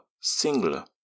singular